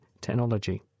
technology